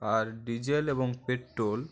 আর diesel এবং petrol